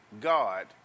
God